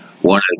one